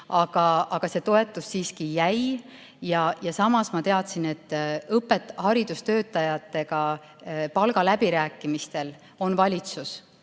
Aga see toetus siiski jäi. Ja samas ma teadsin, et haridustöötajatega palgaläbirääkimistel on valitsuse